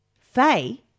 Faye